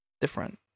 different